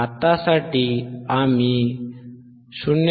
आत्तासाठी आम्ही 0